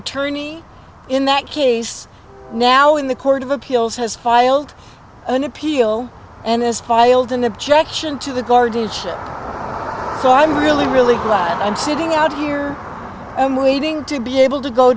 attorney in that case now in the court of appeals has filed an appeal and is filed an objection to the guardianship so i'm really really glad i'm sitting out here i'm waiting to be able to go